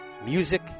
music